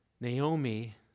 Naomi